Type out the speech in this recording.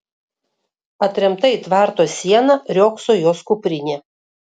atremta į tvarto sieną riogso jos kuprinė